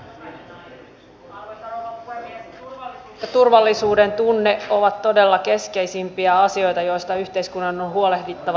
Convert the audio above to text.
turvallisuus ja turvallisuudentunne ovat todella keskeisimpiä asioita joista yhteiskunnan on huolehdittava